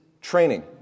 training